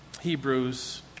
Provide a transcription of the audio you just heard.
Hebrews